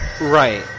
Right